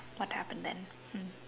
what happened then hmm